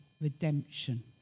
redemption